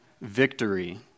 victory